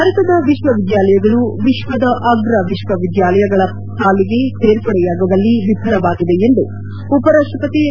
ಭಾರತದ ವಿಶ್ವವಿದ್ವಾಲಯಗಳು ವಿಶ್ವದ ಆಗ್ರ ವಿಶ್ವವಿದ್ವಾಲಯಗಳ ಸಾಲಿಗೆ ಸೇರ್ಪಡೆಯಾಗುವಲ್ಲಿ ವಿಫಲವಾಗಿವೆ ಎಂದು ಉಪರಾಷ್ಷಪತಿ ಎಂ